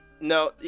No